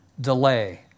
Delay